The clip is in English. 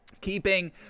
Keeping